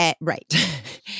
Right